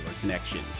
Connections